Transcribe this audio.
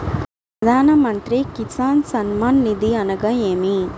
ప్రధాన మంత్రి కిసాన్ సన్మాన్ నిధి అనగా ఏమి?